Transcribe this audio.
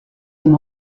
him